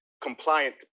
compliant